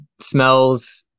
smells